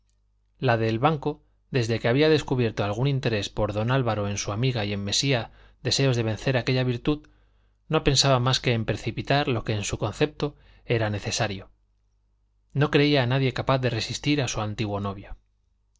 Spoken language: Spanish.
la del banco desde que había descubierto algún interés por don álvaro en su amiga y en mesía deseos de vencer aquella virtud no pensaba más que en precipitar lo que en su concepto era necesario no creía a nadie capaz de resistir a su antiguo novio